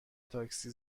تاکسی